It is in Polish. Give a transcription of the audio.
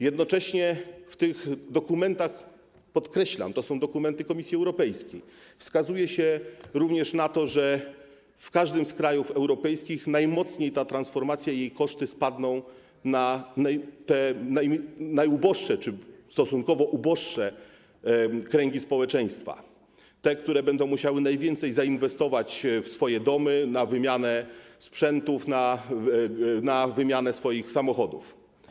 Jednocześnie w tych dokumentach - podkreślam: to są dokumenty Komisji Europejskiej - wskazuje się również na to, że w każdym z krajów europejskich koszty tej transformacji w największym stopniu spadną na te najuboższe czy stosunkowo uboższe kręgi społeczeństwa, te, które będą musiały najwięcej zainwestować w swoje domy, w wymianę sprzętów, w wymianę swoich samochodów.